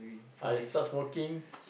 I start smoking